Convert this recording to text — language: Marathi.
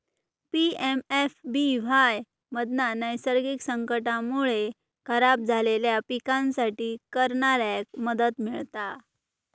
पी.एम.एफ.बी.वाय मधना नैसर्गिक संकटांमुळे खराब झालेल्या पिकांसाठी करणाऱ्याक मदत मिळता